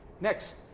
Next